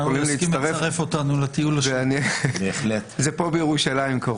זה כאן בירושלים.